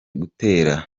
gutera